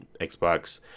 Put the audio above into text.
xbox